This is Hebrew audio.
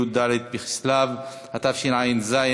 י"ד בכסלו התשע"ז,